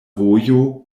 vojo